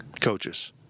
coaches